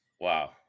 Wow